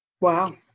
wow